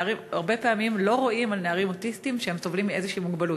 הרבה פעמים לא רואים על נערים אוטיסטים שהם סובלים מאיזושהי מוגבלות,